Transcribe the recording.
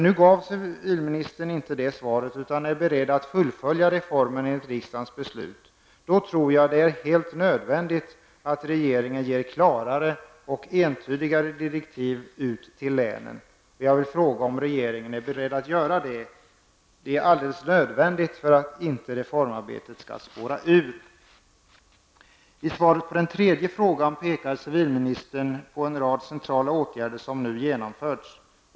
Nu gav civilministern emellertid inte det svaret, och han är beredd att fullfölja reformen enligt riksdagens beslut. Då tror jag att det är helt nödvändigt att regeringen ger klarare och entydigare direktiv till länen. Jag vill fråga om regeringen är beredd att göra det. Det är alldeles nödvändigt för att reformarbetet inte skall spåra ur. I svaret på den tredje frågan pekar civilministern på en rad centrala åtgärder som nu har vidtagits.